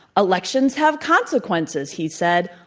elections have consequences, he said.